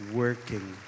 working